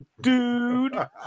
Dude